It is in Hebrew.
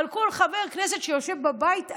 אבל כל חבר כנסת שיושב בבית הזה,